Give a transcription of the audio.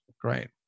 Great